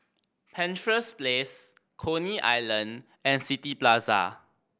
Penshurst Place Coney Island and City Plaza